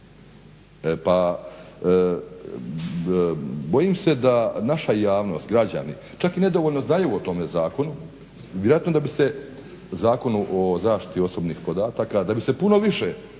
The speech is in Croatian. Bojim se da naša javnost, građani čak i nedovoljno znaju o tome zakonu. Vjerojatno da bi se Zakonu o zaštiti osobnih podataka da bi se puno više